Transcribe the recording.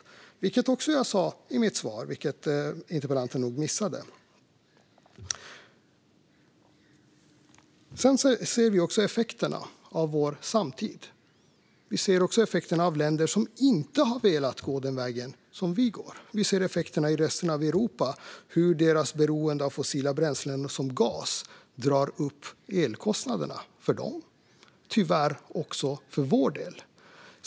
Detta sa jag i mitt svar, vilket interpellanten nog missade. Vi ser också effekterna av vår samtid. Vi ser effekterna av länder som inte har velat gå den väg som vi går. Vi ser effekterna i resten av Europa och hur deras beroende av fossila bränslen, som gas, drar upp elkostnaderna för dem och, tyvärr, också för vår del.